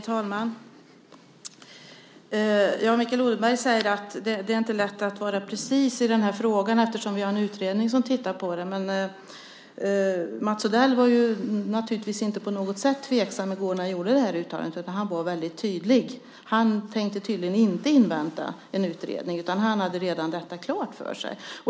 Herr talman! Mikael Odenberg säger att det inte är lätt att vara precis i den här frågan eftersom vi har en utredning som tittar på den. Men Mats Odell var inte på något sätt tveksam i går när han gjorde sitt uttalande, utan han var väldigt tydlig. Han tänkte tydligen inte invänta en utredning, utan han hade redan detta klart för sig.